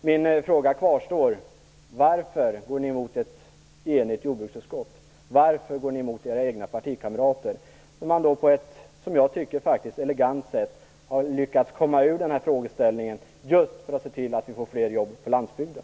Min fråga kvarstår: Varför går ni emot ett enigt jordbruksutskott, och varför går ni emot era egna partikamrater när man på ett, som jag tycker, elegant sätt har lyckats komma ur denna frågeställning just för att se till att vi får fler jobb på landsbygden?